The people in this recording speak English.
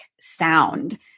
sound